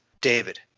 David